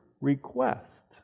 request